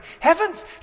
Heavens